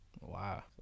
Wow